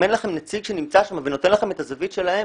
אם אין לכם נציג שנמצא שם ונותן לכם את הזווית שלהם,